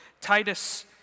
Titus